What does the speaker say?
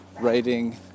writing